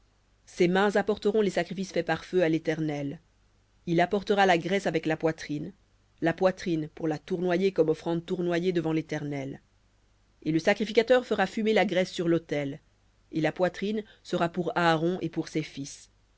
ses mains apporteront les sacrifices faits par feu à l'éternel il apportera la graisse avec la poitrine la poitrine pour la tournoyer comme offrande tournoyée devant léternel et le sacrificateur fera fumer la graisse sur l'autel et la poitrine sera pour aaron et pour ses fils